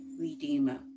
redeemer